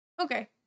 Okay